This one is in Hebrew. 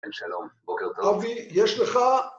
אין שלום. בוקר טוב. אבי, יש לך...